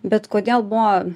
bet kodėl buvo